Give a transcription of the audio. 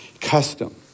custom